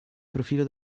profilo